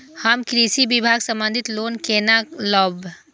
हम कृषि विभाग संबंधी लोन केना लैब?